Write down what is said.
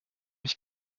mich